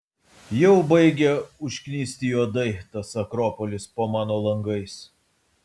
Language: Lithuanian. jau baigia užknisti juodai tas akropolis po mano langais